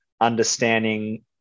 understanding